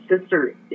sister